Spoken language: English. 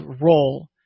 role